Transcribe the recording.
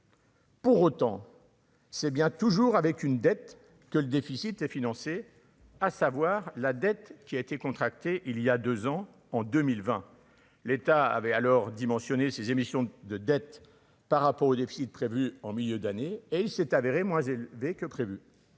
Pour autant, c'est bien toujours avec une dette que le déficit est financé, à savoir la dette qui a été contracté il y a 2 ans en 2020, l'État avait alors dimensionné ses émissions de dette par rapport au déficit prévu en milieu d'année, et il s'est avéré moins élevé que prévu,